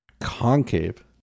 Concave